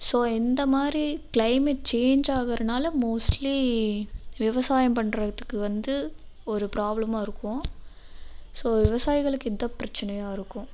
so இந்தமாதிரி climate change ஆகிறனால mostly விவசாயம் பண்ணுறதுக்கு வந்து ஒரு ப்ராப்ளமாக இருக்கும் ஸோ விவசாயிகளுக்கு இதுதான் பிரச்சனையாக இருக்கும்